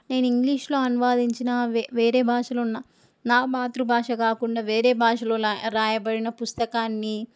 నేను ఇంగ్లీషులో అనువాదించిన వే వేరే భాషలున్న నా మాతృభాష కాకుండా వేరే భాషలో లా రాయబడిన పుస్తకాన్ని